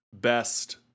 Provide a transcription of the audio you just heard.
best